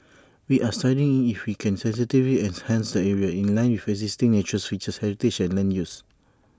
we are studying if we can sensitively enhance the area in line with existing natural features heritage and land use